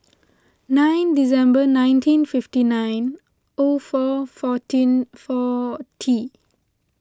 nine December nineteen fifty nine O four fourteen forty